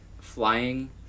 flying